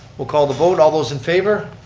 we'll call the vote, all those in favor?